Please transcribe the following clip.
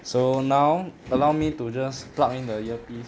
so now allow me to just plug in the earpiece